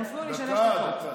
הם הפריעו לי ארבע דקות.